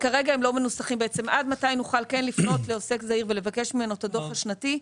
כרגע לא מנוסח עד מתי נוכל לפנות לעוסק זעיר ולבקש ממנו את הדו"ח השנתי.